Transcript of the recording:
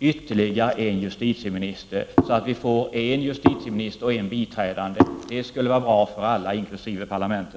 ytterligare en justitieminister, så att vi får en justitieminister och en biträdande justitieminister, det skulle vara bra för alla inkl. parlamentet.